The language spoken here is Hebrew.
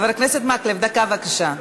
חבר הכנסת מקלב, דקה, בבקשה.